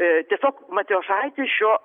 ir tiesiog matijošaitis šio